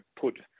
put